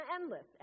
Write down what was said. endless